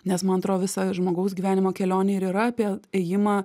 nes man atro visa žmogaus gyvenimo kelionė ir yra apie ėjimą